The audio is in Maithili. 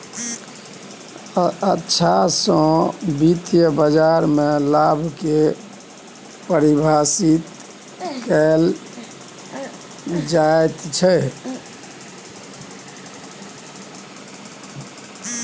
नीक जेकां वित्तीय बाजारमे लाभ कऽ परिभाषित कैल जाइत छै